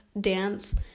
dance